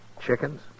Chickens